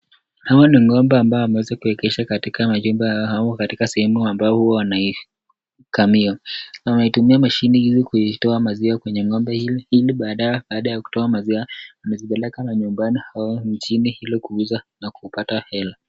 Hawa ni ng'ombe ambao wameweza kuegeshwa katika majumba yao au katika sehemu ambayo huwa wanaikamia. Wanaitumia mashini hili kuitoa maziwa kwenye ng'ombe hili ili baada ya kutoa maziwa amezipeleka manyumbani au mjini ili kuuza na kupata hela.